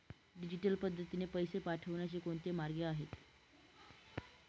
Digital पद्धतीने पैसे पाठवण्याचे कोणते मार्ग आहेत?